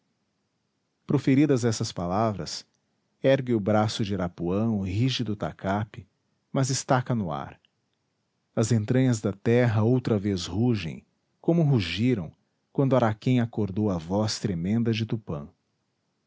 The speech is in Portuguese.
proferidas estas palavras ergue o braço de irapuã o rígido tacape mas estaca no ar as entranhas da terra outra vez rugem como rugiram quando araquém acordou a voz tremenda de tupã